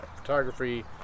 photography